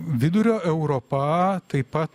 vidurio europa taip pat